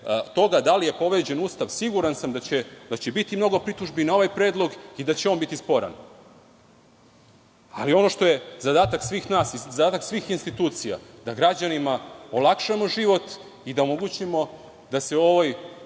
da li je povređen Ustav, siguran sam da će biti mnogo pritužbi na ovaj Predlog i da će on biti sporan. Ono što je zadatak svih nas i svih institucija je da građanima olakšamo život i da omogućimo da se u